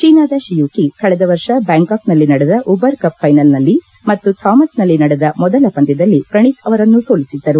ಚೀನಾದ ಶಿಯುಕಿ ಕಳೆದ ವರ್ಷ ಬ್ಲಾಂಕಾಕ್ನಲ್ಲಿ ನಡೆದ ಉಬರ್ ಕಪ್ ಫೈನಲ್ನಲ್ಲಿ ಮತ್ತು ಥಾಮಸ್ನಲ್ಲಿ ನಡೆದ ಮೊದಲ ಪಂದ್ಯದಲ್ಲಿ ಪ್ರಣೀತ್ ಅವರನ್ನು ಸೋಲಿಸಿದರು